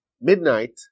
midnight